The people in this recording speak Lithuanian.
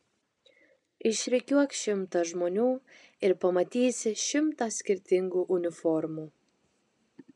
išrikiuok šimtą žmonių ir pamatysi šimtą skirtingų uniformų